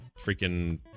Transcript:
freaking